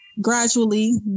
gradually